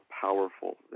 powerful